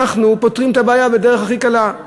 אנחנו פותרים את הבעיה בדרך הכי קלה: